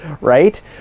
right